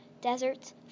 deserts